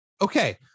Okay